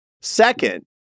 Second